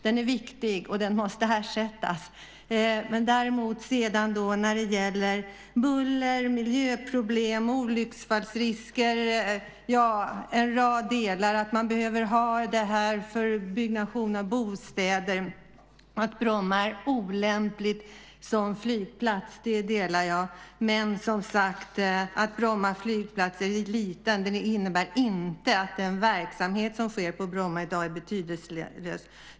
Den är viktig, och den måste ersättas. När det däremot gäller buller, miljöproblem och olycksrisker samt att platsen behövs för byggnation av bostäder och att Bromma är olämplig som flygplats delar jag uppfattningen. Att Bromma flygplats är liten innebär, som sagt, inte att den verksamhet som sker på Bromma i dag är betydelselös.